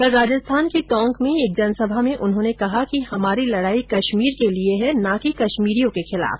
कल प्रदेश के टोंक जिले में एक जनसभा में उन्होंने कहा कि हमारी लड़ाई कश्मीर के लिए है न कि कश्मीरियों के खिलाफ